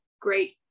great